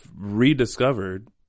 rediscovered